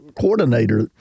coordinator